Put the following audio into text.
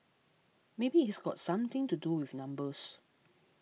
maybe it's got something to do with numbers